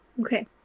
okay